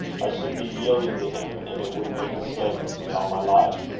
i should be yielding to him, and it would make a slave of me all my life.